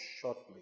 shortly